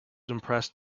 impressed